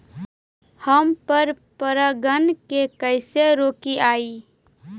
हम पर परागण के कैसे रोकिअई?